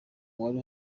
wari